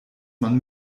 man